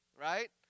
Right